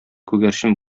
күгәрчен